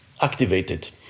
activated